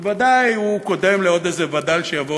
שבוודאי הוא קודם לעוד איזה וד"ל שיבוא